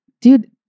dude